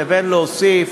לבין להוסיף